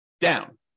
down